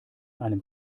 einem